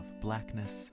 blackness